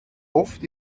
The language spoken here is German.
oft